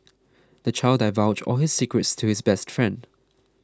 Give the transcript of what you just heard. the child divulged all his secrets to his best friend